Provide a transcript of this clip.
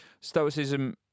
stoicism